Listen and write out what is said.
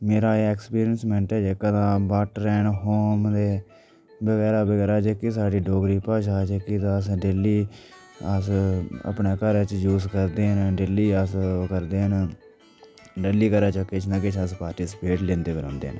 मेरा ऐक्सपिरिंयस ऐ जेह्का तां वाटर ऐंड होम दे बगैरा बगैरा जेह्के साढ़ी डोगरी भाशा ऐ जेह्की तां असें डेह्ली अस अपने घरै च यूज करदे न डेह्ली अस ओह् करदे न डेह्ली अस घरै च किश न किश पार्टीसिपेट लैंदे बी रौह्न्ने न